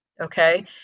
okay